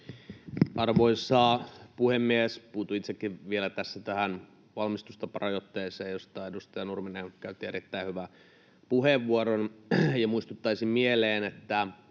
Arvoisa puhemies! Puutun itsekin vielä tässä tähän valmistustaparajoitteeseen, josta edustaja Nurminen käytti erittäin hyvän puheenvuoron. Muistuttaisin mieleen, että